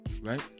Right